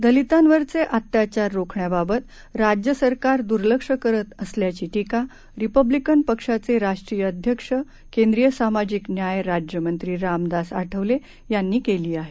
दलितांवरचे अत्याचार रोखण्याबाबत राज्य सरकार द्र्लक्ष करत असल्याची टीका रिपब्लिकन पक्षाचे राष्ट्रीय अध्यक्ष केंद्रीय सामाजिक न्याय राज्यमंत्री रामदास आठवले यांनी केली आहे